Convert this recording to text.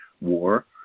war